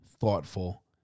thoughtful